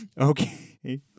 Okay